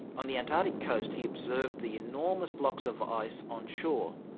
on the antarctic coast, he observed the enormous blocks of ice on shore.